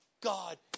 God